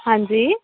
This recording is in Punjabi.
ਹਾਂਜੀ